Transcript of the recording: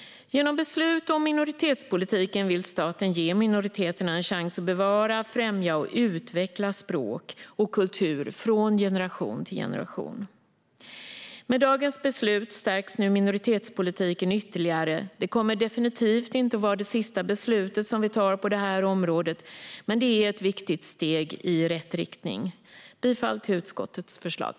Genom beslut om minoritetspolitiken vill staten ge minoriteterna en chans att bevara, främja och utveckla språk och kultur från generation till generation. Med dagens beslut stärks nu minoritetspolitiken ytterligare. Det kommer definitivt inte att vara det sista beslut vi tar på detta område, men det är ett viktigt steg i rätt riktning. Jag yrkar bifall till utskottets förslag.